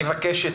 אני מבקש,